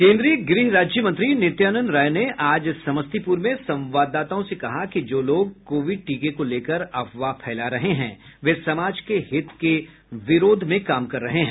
केन्द्रीय गृह राज्यमंत्री नित्यानंद राय ने आज समस्तीपुर में संवाददाताओं से कहा कि जो लोग कोविड टीके को लेकर अफवाह फैला रहे हैं वे समाज के हित की विरोध में काम कर रहे हैं